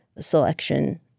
selection